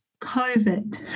COVID